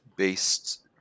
based